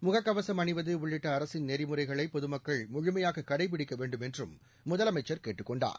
முகக்கவசம் அணிவது உள்ளிட்ட அரசின் நெறிமுறைகளை பொதுமக்கள் முழுமையாக கடைப்பிடிக்க வேண்டும் என்றும் முதலமைச்சர் கேட்டுக்கொண்டார்